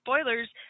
spoilers